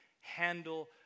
handle